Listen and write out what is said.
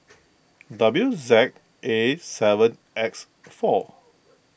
W Z A seven X four